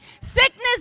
Sickness